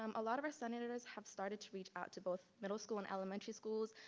um a lot of our senators have started to reach out to both middle school and elementary schools,